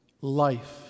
life